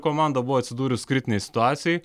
komanda buvo atsidūrus kritinėj situacijoj